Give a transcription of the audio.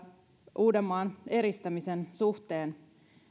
uudenmaan eristämisen suhteen